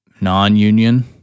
non-union